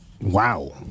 Wow